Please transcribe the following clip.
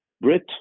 Brit